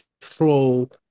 control